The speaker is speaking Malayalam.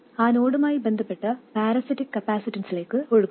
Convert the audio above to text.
അത് ആ നോഡുമായി ബന്ധപ്പെട്ട പാരാസിറ്റിക് കപ്പാസിറ്റൻസിലേക്ക് ഒഴുകും